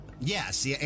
Yes